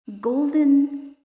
golden